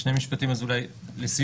שני משפטים לסיום,